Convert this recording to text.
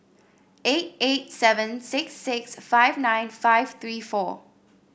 eight eight seven six six five nine five three four